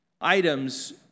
items